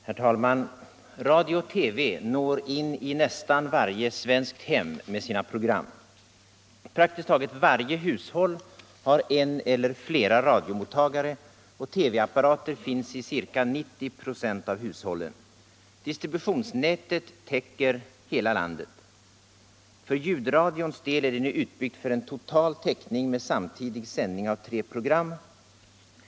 Herr talman! Radio och TV når in i nästan varje svenskt hem med sine program. Praktiskt taget varje hushåll har en eller fiera radiomottagare, och TV-apparater finns i ca 90 "a av hushållen. Distributionsnätet täcker hela landet. För ljudradions det är det nu utbyggt för total täckning med samtidig sändning av tre program.